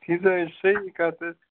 ٹھیٖک حظ یہِ حظ چھِ صحیح کَتھ حظ